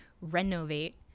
renovate